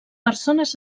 persones